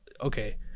okay